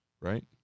Right